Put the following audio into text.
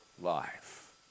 life